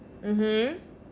mmhmm